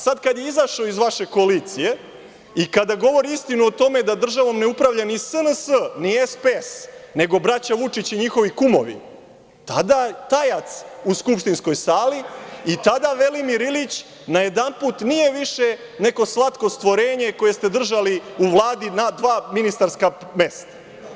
Sada kada je izašao iz vaše koalicije i kada govori istinu o tome da državom ne upravlja ni SNS ni SPS nego braća Vučić i njihovi kumovi, tada je tajac u skupštinskoj sali i tada Velimir Ilić najedanput nije više neko slatko stvorenje koje ste držali u Vladi na dva ministarska mesta.